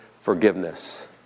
forgiveness